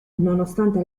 nonostante